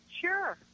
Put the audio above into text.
Sure